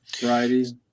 varieties